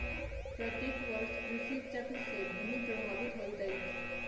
प्रत्येक वर्ष कृषि चक्र से भूमि प्रभावित होइत अछि